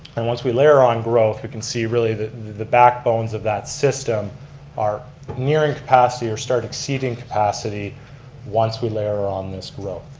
and once we layer on growth we can see really the the backbones of that system are nearing capacity or start exceeding capacity once we layer on this growth.